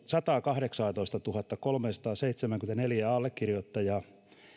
sataakahdeksaatoistatuhattakolmeasataaseitsemääkymmentäneljää allekirjoittajaa